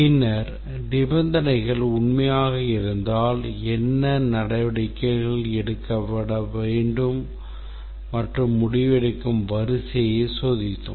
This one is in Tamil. பின்னர் நிபந்தனைகள் உண்மையாக இருந்தால் என்ன நடவடிக்கைகள் எடுக்க வேண்டும் மற்றும் முடிவெடுக்கும் வரிசையை சோதித்தோம்